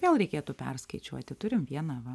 vėl reikėtų perskaičiuoti turim vieną va